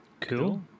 Cool